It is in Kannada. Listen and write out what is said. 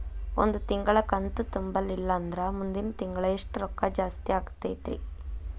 ಒಂದು ತಿಂಗಳಾ ಕಂತು ತುಂಬಲಿಲ್ಲಂದ್ರ ಮುಂದಿನ ತಿಂಗಳಾ ಎಷ್ಟ ರೊಕ್ಕ ಜಾಸ್ತಿ ಆಗತೈತ್ರಿ?